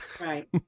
Right